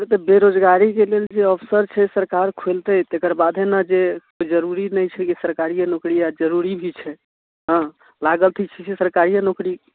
से तऽ बेरोजगारीके लेल जे अवसर छै सरकार खोलितै तेकर बादे ने जे जरूरी नहि छै कि सरकारिए नौकरी आ जरूरी भी छै हँ लागऽ के की छै सरकारिए नौकरी